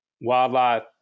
wildlife